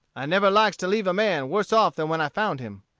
i never likes to leave a man worse off than when i found him.